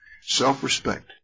Self-respect